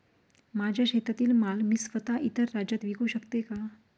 माझ्या शेतातील माल मी स्वत: इतर राज्यात विकू शकते का?